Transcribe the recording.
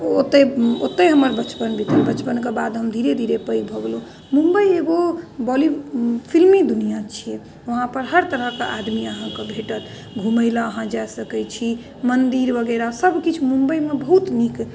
ओतै ओतै हमर बचपन बीतल बचपनके बाद हम धीरे धीरे पैघ भऽ गेलहुँ मुम्बइ एगो बोली फिल्मी दुनिया छियै वहाँ पर हर तरहके आदमी अहाँकेँ भेटत घूमै लऽ अहाँ जाइ सकैत छी मन्दिर वगैरह सभ किछु मुम्बइमे बहुत नीक